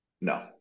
no